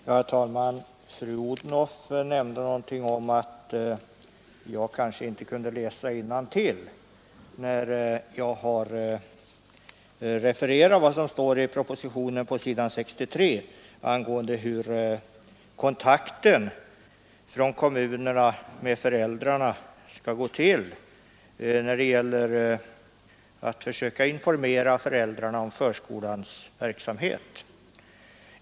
Herr talman! Fru Odhnoff nämnde någonting om att jag kanske inte kunde läsa innantill när jag refererade vad som står på s.63 i propositionen om hur kommunernas kontakt med föräldrarna skall gå till när det gäller att försöka informera föräldrarna om förskolans verksamhet.